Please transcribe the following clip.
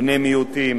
בני מיעוטים,